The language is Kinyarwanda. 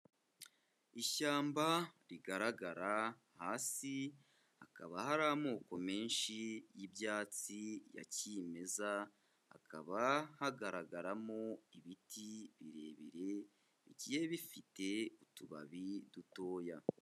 Ishyamba rigaragara, hasi hakaba hari amoko menshi y'ibyatsi ya kimeza, hakaba hagaragaramo ibiti birebire, bigiye bifite utubabi dutoya.